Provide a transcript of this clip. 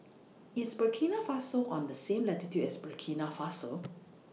IS Burkina Faso on The same latitude as Burkina Faso